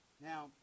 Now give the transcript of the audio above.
now